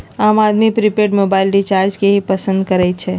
आम आदमी prepaid mobile recharge के ही पसंद करई छई